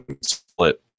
split